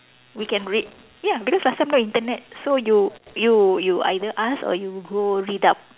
we can read ya because last time no Internet so you you you either ask or you go read up